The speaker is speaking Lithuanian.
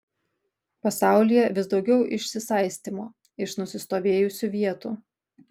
pasaulyje vis daugiau išsisaistymo iš nusistovėjusių vietų